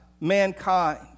mankind